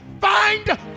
Find